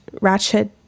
Ratchet